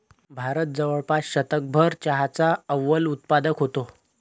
भारत जवळपास शतकभर चहाचा अव्वल उत्पादक होता